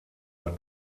war